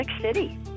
City